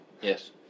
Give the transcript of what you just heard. Yes